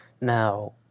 Now